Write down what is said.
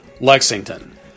Lexington